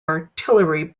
artillery